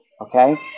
Okay